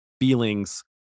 feelings